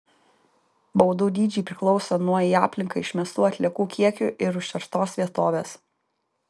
baudų dydžiai priklauso nuo į aplinką išmestų atliekų kiekių ir užterštos vietovės